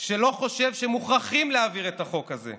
שלא חושב שמוכרחים להעביר את החוק הזה.